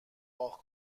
واق